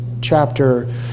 chapter